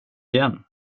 igen